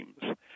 teams